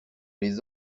les